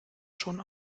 schon